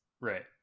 Right